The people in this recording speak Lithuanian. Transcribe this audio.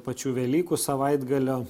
pačių velykų savaitgalio